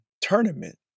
tournament